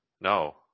no